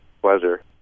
Pleasure